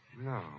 No